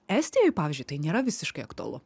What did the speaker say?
estijoj pavyzdžiui tai nėra visiškai aktualu